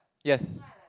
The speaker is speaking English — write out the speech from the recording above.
yes